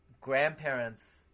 grandparents